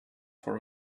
for